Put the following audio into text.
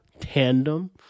tandem